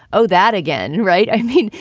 oh, that again? right. i mean,